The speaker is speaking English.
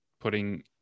putting